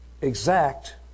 exact